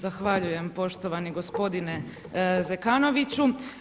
Zahvaljujem poštovani gospodine Zekanoviću.